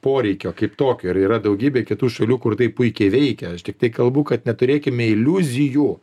poreikio kaip tokio ir yra daugybė kitų šalių kur tai puikiai veikia aš tiktai kalbu kad neturėkime iliuzijų